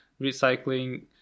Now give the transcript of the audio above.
recycling